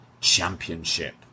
Championship